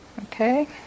Okay